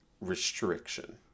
restriction